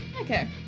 Okay